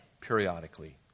periodically